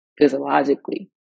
physiologically